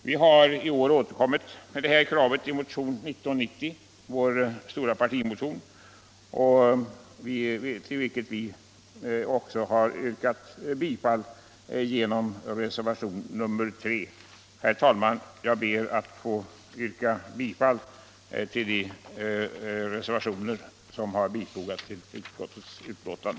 Vi har i år återkommit till detta krav i vår stora partimotion 1990, till vilken motion vi också yrkat bifall i reservationen 3. Herr talman! Jag ber att få yrka bifall till de reservationer som bifogats utskottets betänkande.